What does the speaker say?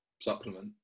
supplement